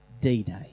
d-day